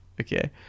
Okay